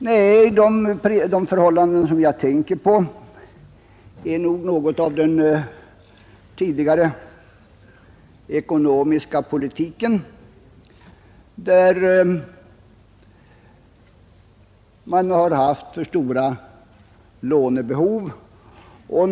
Nej, de prishöjningar som jag tänker på är resultatet av den tidigare ekonomiska politiken, som bl.a. medfört för stora statliga lånebehov.